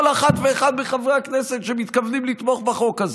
כל אחת ואחד מחברי הכנסת שמתכוונים לתמוך בחוק הזה: